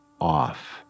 off